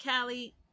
Callie